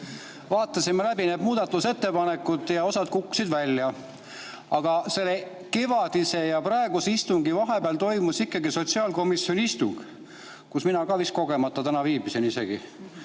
vaatasime läbi need muudatusettepanekud ja osa kukkus välja. Aga kevadise ja praeguse istungi vahepeal toimus sotsiaalkomisjoni istung, kus mina ka täna kogemata viibisin isegi.